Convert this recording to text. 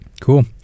Cool